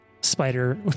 spider